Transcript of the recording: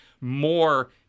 more